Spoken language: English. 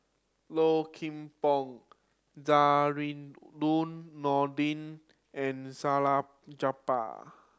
Low Kim Pong Zainudin Nordin and Salleh Japar